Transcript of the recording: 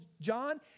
John